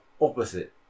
opposite